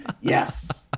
yes